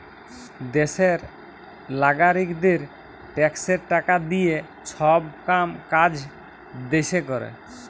দ্যাশের লাগারিকদের ট্যাক্সের টাকা দিঁয়ে ছব কাম কাজ দ্যাশে ক্যরে